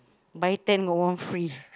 buy ten got one free